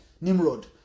Nimrod